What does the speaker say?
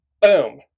Boom